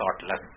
thoughtless